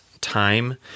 time